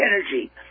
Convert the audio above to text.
energy